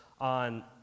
on